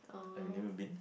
I have never been